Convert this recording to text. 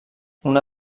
una